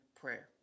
prayer